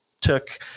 took